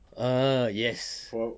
err yes